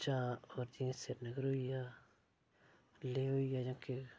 जां होर जि'यां सिरीनगर होइया लेह होइया जां कि